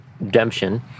redemption